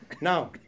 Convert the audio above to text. Now